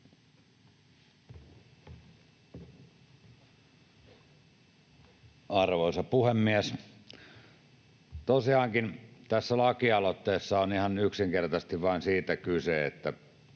Arvoisa puhemies! Tosiaankin tässä lakialoitteessa on ihan yksinkertaisesti vain siitä kyse, että